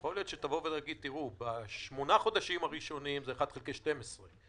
יכול להיות שתגיד: בשמונה החודשים הראשונים זה על פי 1/12,